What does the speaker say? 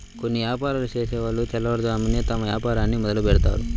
కొన్ని యాపారాలు చేసేవాళ్ళు తెల్లవారుజామునే తమ వ్యాపారాన్ని మొదలుబెడ్తారు